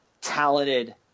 talented